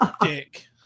dick